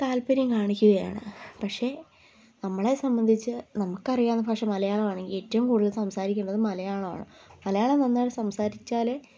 താല്പര്യം കാണിക്കുകയാണ് പക്ഷെ നമ്മളെ സംബന്ധിച്ച് നമുക്ക് അറിയാവുന്ന ഭാഷ മലയാളമാണെങ്കിൽ ഏറ്റവും കൂടുതൽ സംസാരിക്കേണ്ടത് മലയാളമാണ് മലയാളം നന്നായിട്ട് സംസാരിച്ചാലേ